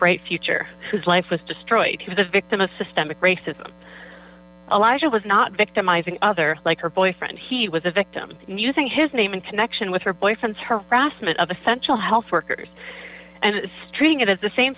bright future whose life was destroyed was a victim of systemic racism elijah was not victimizing other like her boyfriend he was a victim using his name in connection with her boyfriend's harassment of essential health workers and treating it as the same